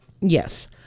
Yes